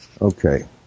Okay